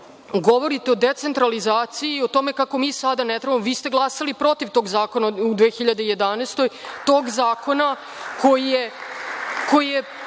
govorite o decentralizaciji i o tome kako mi sada ne trebamo, vi ste glasali protiv tog zakona, u 2011. godini, tog zakona koji je